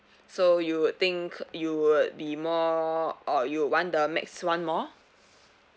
so you would think you would be more uh you want the max [one] more